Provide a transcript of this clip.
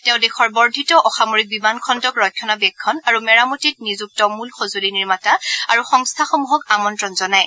তেওঁ দেশৰ বৰ্ধিত অসামৰিক বিমান খণ্ডক ৰক্ষণাবেক্ষণ আৰু মেৰামতিত নিযুক্ত মূল সঁজুলি নিৰ্মাতা আৰু সংস্থাসমূহক আমন্ত্ৰণ জনায়